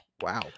wow